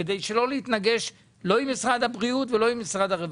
כדי שלא נתנגש עם משרד הבריאות ועם משרד הרווחה.